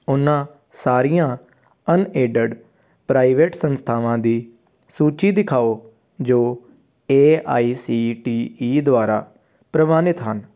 ਉਹਨਾਂ ਸਾਰੀਆਂ unaided private ਸੰਸਥਾਵਾਂ ਦੀ ਸੂਚੀ ਦਿਖਾਓ ਜੋ A I C T E ਦੁਆਰਾ ਪ੍ਰਵਾਨਿਤ ਹਨ